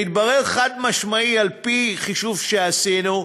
והתברר חד-משמעית, על-פי חישוב שעשינו,